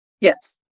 Yes